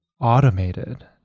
automated